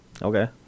Okay